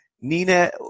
Nina